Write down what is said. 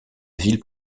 ville